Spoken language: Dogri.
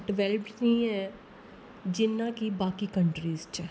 डिवैल्प नेईं ऐ जिन्ना कि बाकी कंट्री च ऐ